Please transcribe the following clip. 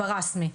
בראסמי,